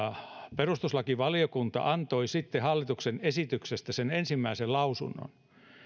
perustuslakivaliokunta antoi sitten hallituksen esityksestä sen ensimmäisen lausunnon